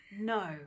no